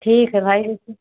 ठीक है भाई लेकिन